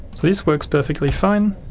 so this works perfectly fine,